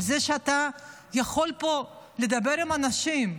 על זה שאתה יכול לדבר פה עם אנשים,